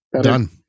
Done